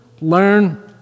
learn